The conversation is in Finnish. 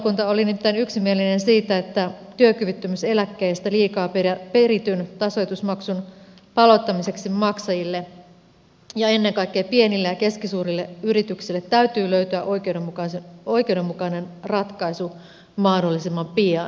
talousvaliokunta oli nimittäin yksimielinen siitä että työkyvyttömyyseläkkeistä liikaa perityn tasoitusmaksun palauttamiseksi maksajille ja ennen kaikkea pienille ja keskisuurille yrityksille täytyy löytyä oikeudenmukainen ratkaisu mahdollisimman pian